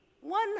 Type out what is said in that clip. one